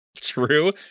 true